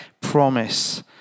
promise